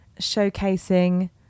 showcasing